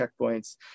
checkpoints